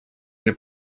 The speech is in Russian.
для